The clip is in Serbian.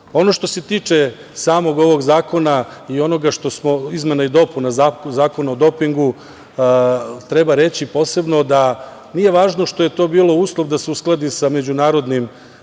što se tiče samog ovog zakona i izmena i dopuna Zakona o dopingu, treba reći posebno da nije važno što je to bilo uslov da se uskladi sa međunarodnim